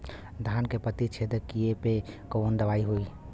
धान के पत्ती छेदक कियेपे कवन दवाई होई?